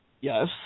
yes